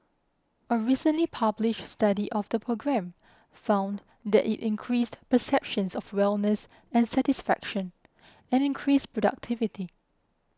a recently published study of the program found that it increased perceptions of wellness and satisfaction and increased productivity